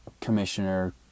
commissioner